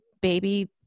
baby